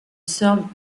sœur